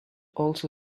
also